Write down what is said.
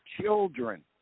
children